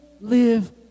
live